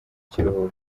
kiruhuko